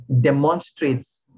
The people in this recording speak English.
demonstrates